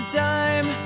time